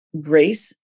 grace